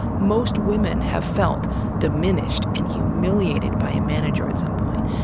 most women have felt diminished and humiliated by a manager at some point.